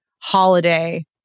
holiday